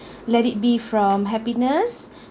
let it be from happiness